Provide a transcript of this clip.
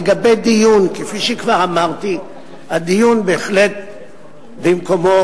לגבי דיון, כפי שכבר אמרתי, הדיון בהחלט במקומו.